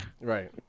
Right